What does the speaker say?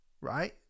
right